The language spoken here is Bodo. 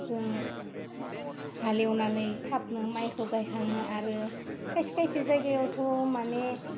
जों हालेवनानै थाबनो माइखौ गाइखाङो आरो खायसे खायसे जायगायावथ' माने